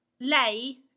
lei